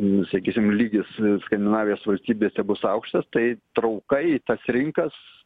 nu sakysim lygis skandinavijos valstybėse bus aukštas tai trauka į tas rinkas